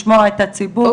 לשמוע את הציבור.